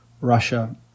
Russia